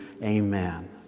Amen